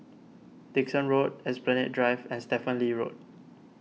Dickson Road Esplanade Drive and Stephen Lee Road